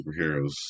superheroes